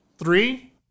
Three